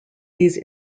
these